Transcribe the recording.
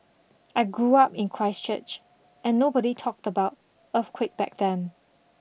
I grew up in Christchurch and nobody talked about earthquake back then